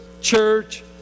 church